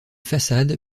façades